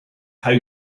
how